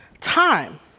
Time